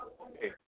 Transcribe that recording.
Okay